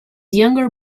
younger